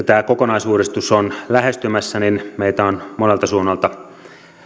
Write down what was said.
tämä alkoholilain kokonaisuudistus on lähestymässä niin meitä on monelta suunnalta